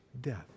death